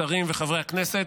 השרים וחברי הכנסת,